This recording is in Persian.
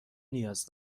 نیاز